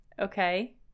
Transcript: Okay